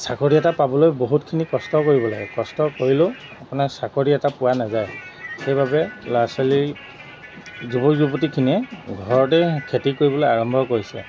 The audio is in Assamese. চাকৰি এটা পাবলৈ বহুতখিনি কষ্ট কৰিব লাগে কষ্ট কৰিলেও আপোনাৰ চাকৰি এটা পোৱা নাযায় সেইবাবে ল'ৰা ছোৱালী যুৱক যুৱতীখিনিয়ে ঘৰতে খেতি কৰিবলৈ আৰম্ভ কৰিছে